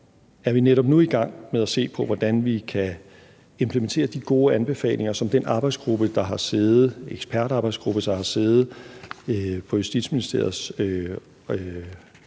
er vi netop nu i gang med at se på, hvordan vi kan implementere de gode anbefalinger, som den ekspertarbejdsgruppe, der har siddet på Justitsministeriets